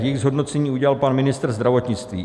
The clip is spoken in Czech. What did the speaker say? Jejich zhodnocení udělal pan ministra zdravotnictví.